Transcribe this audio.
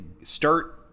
start